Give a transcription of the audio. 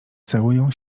całują